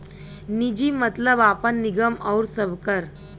निजी मतलब आपन, निगम आउर सबकर